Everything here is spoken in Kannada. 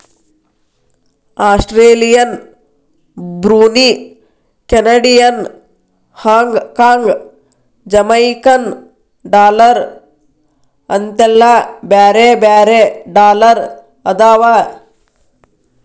Australian Brunei Canadian Hong Kong Jamaican dollar ಅಂತೆಲ್ಲಾ ಬ್ಯಾರೆ ಬ್ಯಾರೆ ಡಾಲರ್ ಅದಾವ